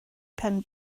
pen